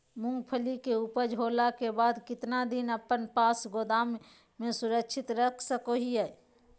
मूंगफली के ऊपज होला के बाद कितना दिन अपना पास गोदाम में सुरक्षित रख सको हीयय?